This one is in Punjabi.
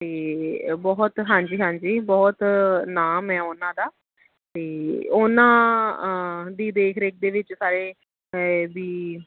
ਅਤੇ ਬਹੁਤ ਹਾਂਜੀ ਹਾਂਜੀ ਬਹੁਤ ਨਾਮ ਹੈ ਉਹਨਾਂ ਦਾ ਤੇ ਉਹਨਾਂ ਦੀ ਦੇਖ ਰੇਖ ਦੇ ਵਿੱਚ ਸਾਰੇ ਇਹ ਵੀ